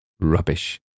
Rubbish